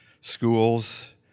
schools